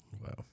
Wow